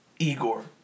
Igor